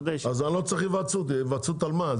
אז אני לא צריך היוועצות, היוועצות על מה?